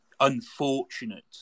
unfortunate